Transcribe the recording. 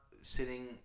sitting